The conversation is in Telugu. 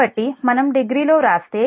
కాబట్టి మనం డిగ్రీలో వ్రాస్తే M p